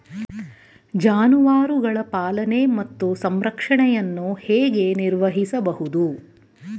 ಜಾನುವಾರುಗಳ ಪಾಲನೆ ಮತ್ತು ಸಂರಕ್ಷಣೆಯನ್ನು ಹೇಗೆ ನಿರ್ವಹಿಸಬಹುದು?